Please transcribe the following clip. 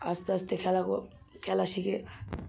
আস্তে আস্তে খেলা কো খেলা শিখে